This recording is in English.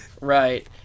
Right